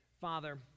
Father